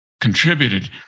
contributed